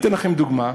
אתן לכם דוגמה: